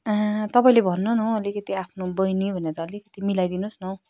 तपाईँले भन्नु न हौ अलिकति आफ्नो बैनी भनेर अलिकति मिलाइदिनु होस् न